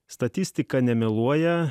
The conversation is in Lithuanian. statistika nemeluoja